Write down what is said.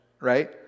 right